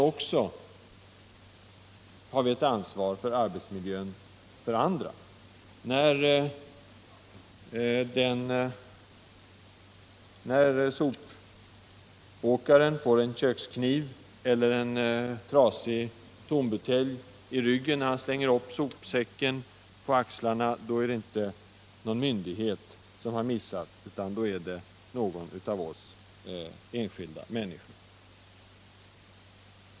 Vi har också ett ansvar för andras arbetsmiljö. Då sopåkaren får en kökskniv eller en trasig tombutelj i ryggen när han slänger upp sopsäcken på axlarna är det inte någon myndighet som har missat utan någon av oss enskilda människor.